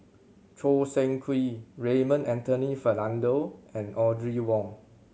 Choo Seng Quee Raymond Anthony Fernando and Audrey Wong